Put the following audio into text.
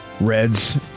Reds